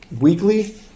weekly